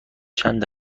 چند